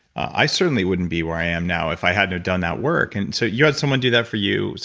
i certainly wouldn't be where i am now if i hadn't done that work. and so, you got someone do that for you.